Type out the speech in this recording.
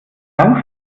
dank